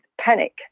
panic